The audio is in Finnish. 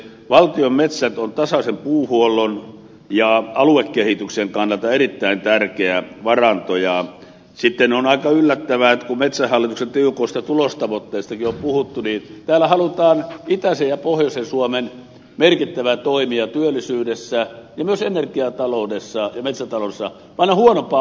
valtion metsät ovat tasaisen puuhuollon ja aluekehityksen kannalta erittäin tärkeä varanto ja sitten on aika yllättävää että kun metsähallituksen tiukoista tulostavoitteistakin on puhuttu niin täällä halutaan itäisen ja pohjoisen suomen merkittävä toimija työllisyydessä ja myös energiataloudessa ja metsätaloudessa panna huonompaan asemaan